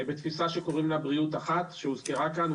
בתפיסה שקוראים לה בריאות אחת שהוזכרה כאן.